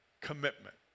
commitment